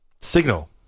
Signal